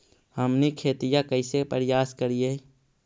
हमनी खेतीया कइसे परियास करियय?